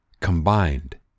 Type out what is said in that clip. combined